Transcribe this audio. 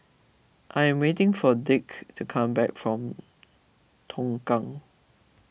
I am waiting for Dick to come back from Tongkang